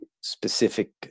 specific